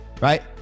Right